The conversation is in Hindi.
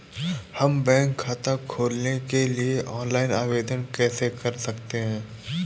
हम बैंक खाता खोलने के लिए ऑनलाइन आवेदन कैसे कर सकते हैं?